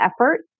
effort